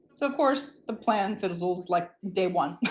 so of course the plan fizzles like day one.